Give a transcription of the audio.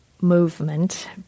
movement